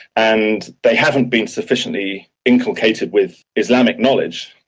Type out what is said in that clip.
and they haven't been sufficiently inculcated with islamic knowledge.